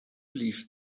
leave